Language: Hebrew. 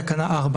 במאמר מוסגר,